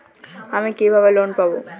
আমি কিভাবে লোন পাব?